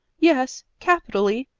yes, capitally,